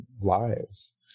lives